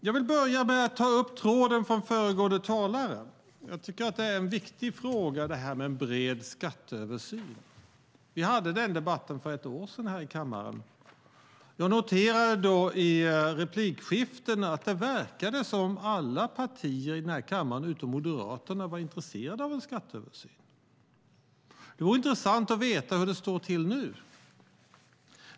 Jag ska ta upp tråden från föregående talare. Jag tycker att det här med en bred skatteöversyn är en viktig fråga. Vi hade den debatten för ett år sedan här i kammaren. Jag noterade då i replikskiftena att det verkade som att alla partier i den här kammaren utom Moderaterna var intresserade av en skatteöversyn. Det vore intressant att veta hur det står till nu.